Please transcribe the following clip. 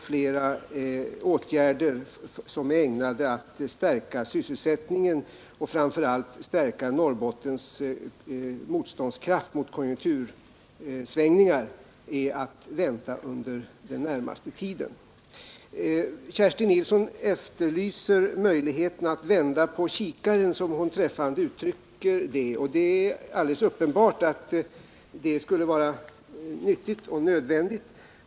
Flera åtgärder som är ägnade att stärka sysselsättningen, och framför allt att stärka Norrbottens motståndskraft mot konjunktursvängningar, är också att vänta under den närmaste tiden. Kerstin Nilsson efterlyste möjligheten att, som hon träffande uttryckte sig, vända på kikaren. Det är alldeles uppenbart att detta är både nyttigt och nödvändigt.